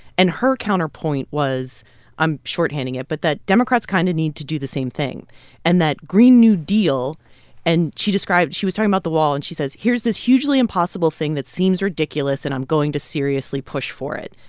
and her counterpoint was i'm short-handing it but that democrats kind of need to do the same thing and that green new deal and she described she was talking about the wall. and she says here's this hugely impossible thing that seems ridiculous. and i'm going to seriously push for it.